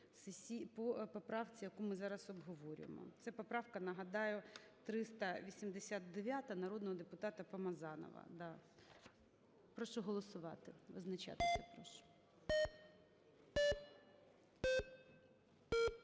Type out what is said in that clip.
по поправці, яку ми зараз обговорюємо. Це поправка, нагадаю, 389-а народного депутата Помазанова. Прошу голосувати. Визначатися прошу.